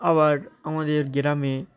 আবার আমাদের গ্রামে